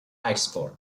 oxford